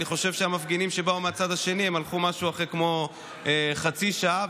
אני חושב שהמפגינים שבאו מהצד השני הלכו אחרי משהו כמו חצי שעה,